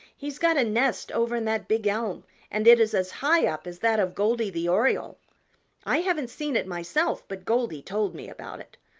he's got a nest over in that big elm and it is as high up as that of goldy the oriole i haven't seen it myself, but goldy told me about it.